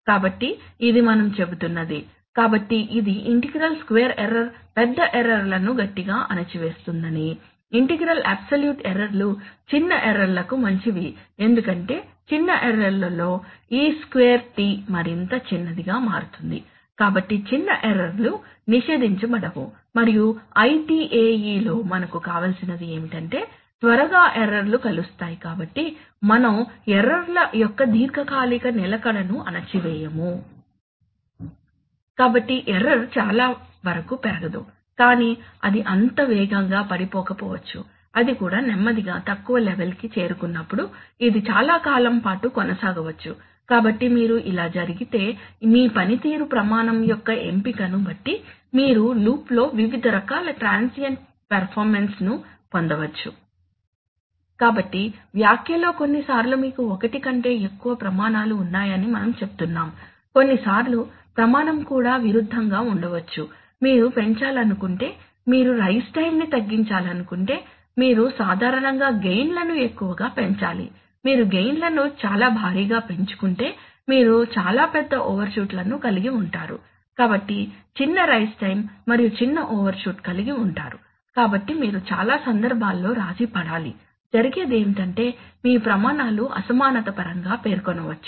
కాబట్టి ఇది మనం చెబుతున్నది కాబట్టి ఇది ఇంటిగ్రల్ స్క్వేర్ ఎర్రర్ పెద్ద ఎర్రర్ లను గట్టిగా అణిచివేస్తుందని ఇంటిగ్రల్ అబ్సోల్యూట్ ఎర్రర్ లు చిన్న ఎర్రర్ లకు మంచివి ఎందుకంటే చిన్న ఎర్రర్ లలో e2t మరింత చిన్నదిగా మారుతుంది కాబట్టి చిన్న ఎర్రర్ లు నిషేదించబడవు మరియు ITAE లో మనకు కావలసినది ఏమిటంటే త్వరగా ఎర్రర్ లు కలుస్తాయి కాబట్టి మనం ఎర్రర్ ల యొక్క దీర్ఘకాలిక నిలకడను అణచివేయము కాబట్టి ఎర్రర్ చాలా వరకుపెరగదు కాని అది అంత వేగంగా పడిపోకపోవచ్చు అది కూడా నెమ్మదిగా తక్కువ లెవెల్ కి చేరుకున్నప్పుడు ఇది చాలా కాలం పాటు కొనసాగవచ్చు కాబట్టి మీరు ఇలా జరిగితే మీ పనితీరు ప్రమాణం యొక్క ఎంపిక ను బట్టి మీరు లూప్లో వివిధ రకాల ట్రాన్సియెంట్ పెర్ఫార్మన్స్ ను పొందవచ్చు కాబట్టి వ్యాఖ్యలో కొన్నిసార్లు మీకు ఒకటి కంటే ఎక్కువ ప్రమాణాలు ఉన్నాయని మనం చెబుతున్నాము కొన్నిసార్లు ప్రమాణం కూడా విరుద్ధంగా ఉండవచ్చు మీరు పెంచాలనుకుంటే మీరు రైస్ టైం ని తగ్గించాలనుకుంటే మీరు సాధారణంగా గెయిన్ లను ఎక్కువగా పెంచాలి మీరు గెయిన్ లను చాలా భారీగా పెంచుకుంటే మీరు చాలా పెద్ద ఓవర్షూట్లను కలిగి ఉంటారు కాబట్టి చిన్న రైస్ టైం మరియు చిన్న ఓవర్షూట్ కలిగి ఉంటారు కాబట్టి మీరు చాలా సందర్భాల్లో రాజీ పడాలి జరిగేది ఏమిటంటే మీ ప్రమాణాలు అసమానత పరంగా పేర్కొనవచ్చు